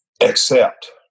accept